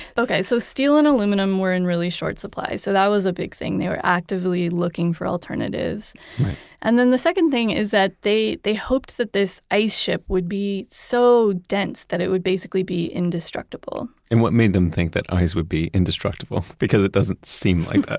okay, so steel and aluminum were in really short supply, so that was a big thing. they were actively looking for alternatives right and then the second thing is that they they hoped that this ice ship would be so dense that it would basically be indestructible and what made them think that ice would be indestructible because it doesn't seem like that